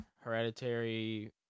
Hereditary